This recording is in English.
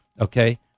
Okay